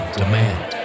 demand